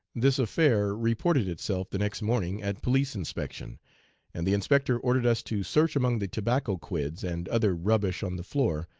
this affair reported itself the next morning at police inspection and the inspector ordered us to search among the tobacco quids, and other rubbish on the floor,